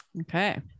Okay